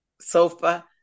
sofa